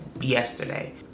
yesterday